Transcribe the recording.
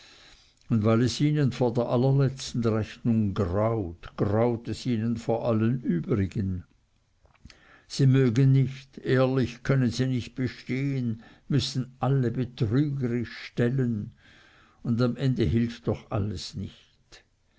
und weil es ihnen vor der allerletzten rechnung graut graut es ihnen vor allen übrigen sie mögen nicht ehrlich können sie nicht bestehen müssen alle betrügerisch stellen und am ende hilft doch alles nicht